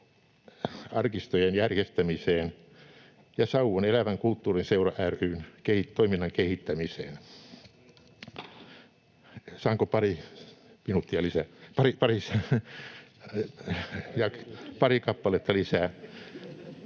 arkistojen järjestämiseen ja Sauvon Elävän Kulttuurin Seura ry:n toiminnan kehittämiseen. Saanko pari minuuttia lisää,